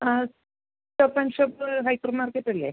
ആ shop and shop hypermarket അല്ലേ